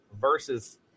versus